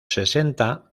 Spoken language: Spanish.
sesenta